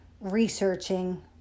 researching